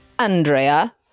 Andrea